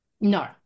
No